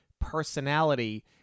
personality